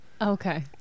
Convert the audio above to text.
okay